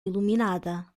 iluminada